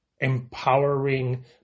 empowering